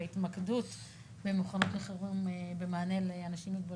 וההתמקדות בהתמקדות לחירום במענה לאנשים עם מוגבלויות,